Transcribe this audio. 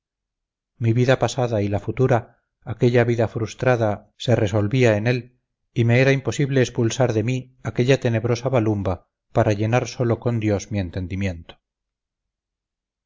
mi vida pasada y la futura aquella vida frustrada se resolvía en él y me era imposible expulsar de mí aquella tenebrosa balumba para llenar sólo con dios mi entendimiento